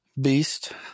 beast